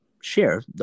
share